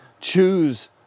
Choose